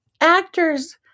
actors